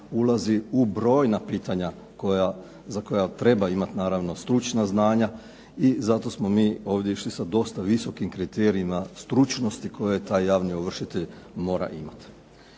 ulazi u brojna pitanja za koja treba imati naravno stručna znanja i zato smo mi ovdje išli sa dosta visokim kriterijima stručnosti koje taj javni ovršitelj mora imati.